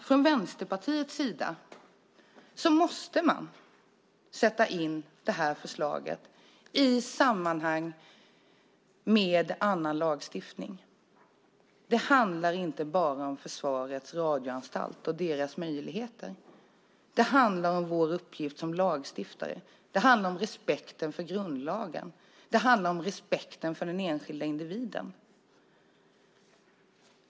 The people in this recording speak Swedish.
Från Vänsterpartiets sida menar vi att man måste sätta in detta förslag i ett sammanhang med annan lagstiftning. Det handlar inte bara om Försvarets radioanstalt och deras möjligheter. Det handlar om vår uppgift som lagstiftare. Det handlar om respekten för grundlagen. Det handlar om respekten för den enskilda individen.